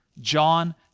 John